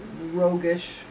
roguish